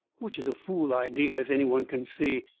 which is a fool idea, as any one can see.